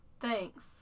thanks